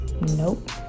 Nope